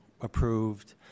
approved